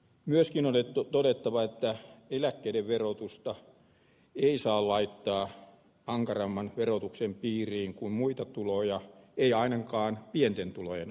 myös hienonnettu todettava että eläkkeiden verotusta ei saa laittaa pankaramman verotuksen piiriin kun muita tuloja ei ainakaan pienten tulojen